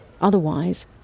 Otherwise